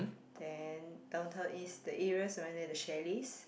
then Downtown-East the areas around there the chalets